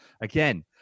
Again